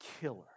killer